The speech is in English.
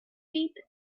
teeth